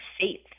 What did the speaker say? faith